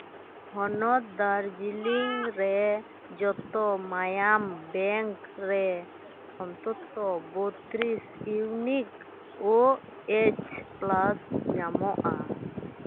ᱦᱚᱱᱚᱛ ᱫᱟᱨᱡᱤᱞᱤᱝ ᱨᱮ ᱡᱚᱛᱚ ᱢᱟᱭᱟᱢ ᱵᱮᱝᱠ ᱨᱮ ᱚᱱᱛᱚᱛᱚ ᱵᱚᱛᱛᱨᱤᱥ ᱤᱭᱩᱱᱤᱠ ᱳ ᱮ ᱯᱞᱟᱥ ᱧᱟᱢᱚᱜᱼᱟ